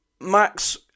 Max